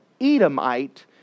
Edomite